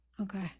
Okay